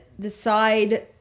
decide